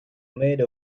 made